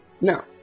Now